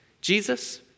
Jesus